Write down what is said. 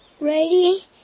Ready